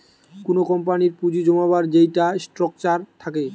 কুনো কোম্পানির পুঁজি জমাবার যেইটা স্ট্রাকচার থাকে